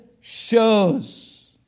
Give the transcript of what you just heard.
shows